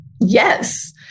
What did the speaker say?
Yes